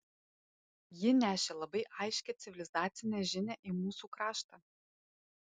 ji nešė labai aiškią civilizacinę žinią į mūsų kraštą